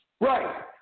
Right